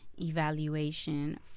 Evaluation